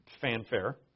fanfare